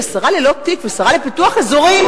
כשרה ללא תיק ושרה לפיתוח אזורי,